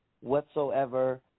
whatsoever